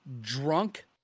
drunk